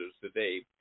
today